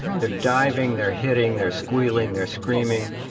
they're diving. they're hitting. they're squealing. they're screaming.